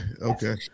okay